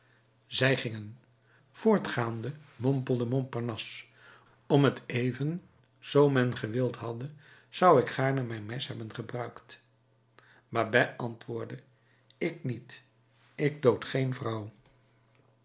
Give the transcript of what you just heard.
zij gingen voortgaande mompelde montparnasse om t even zoo men gewild hadde zou ik gaarne mijn mes hebben gebruikt babet antwoordde ik niet ik dood geen vrouw